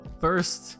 first